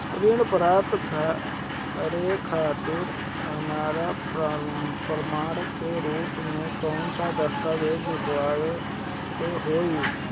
ऋण प्राप्त करे खातिर हमरा प्रमाण के रूप में कौन दस्तावेज़ दिखावे के होई?